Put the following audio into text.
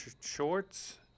shorts